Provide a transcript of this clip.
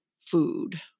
food